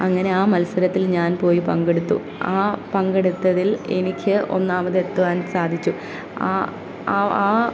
അങ്ങനെ ആ മത്സരത്തിൽ ഞാൻ പോയി പങ്കെടുത്തു ആ പങ്കെടുത്തതിൽ എനിക്ക് ഒന്നാമത് എത്തുവാൻ സാധിച്ചു ആ ആ